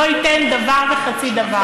לא ייתן דבר וחצי דבר.